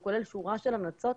הוא כולל שורה של המלצות.